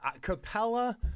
capella